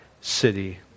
city